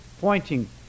pointing